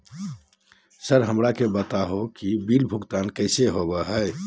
Sir हमरा के बता हो कि बिल भुगतान कैसे होबो है?